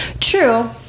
true